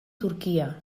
turquia